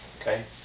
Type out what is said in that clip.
okay